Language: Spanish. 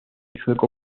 sueco